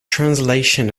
translation